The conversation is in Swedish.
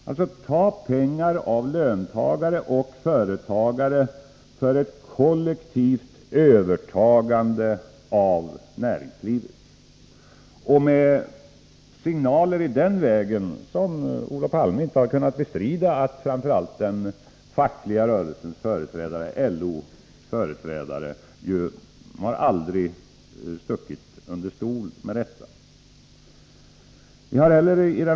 Man vill ta pengar från löntagare och företagare för att genomföra ett kollektivt övertagande av näringslivet. Att det finns sådana signaler har framför allt den fackliga rörelsens företrädare, t.ex. LO:s företrädare, aldrig stuckit under stol med — det har Olof Palme inte kunnat bestrida.